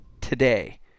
today